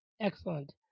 Excellent